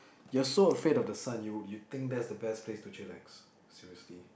you're so afraid of the sun you you think that's the best place to chillax seriously